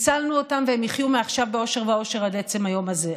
שהצלנו אותם והם יחיו מעכשיו באושר ועושר עד עצם היום הזה.